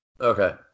Okay